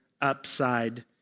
Upside